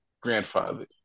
grandfather